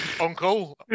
Uncle